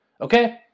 Okay